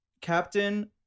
Captain